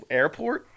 airport